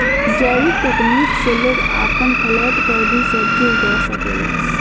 जैविक तकनीक से लोग आपन फ्लैट में भी सब्जी के उगा सकेलन